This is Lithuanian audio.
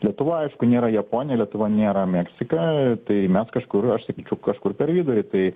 lietuva aišku nėra japonija lietuva nėra meksika tai mes kažkur aš sakyčiau kažkur per vidurį tai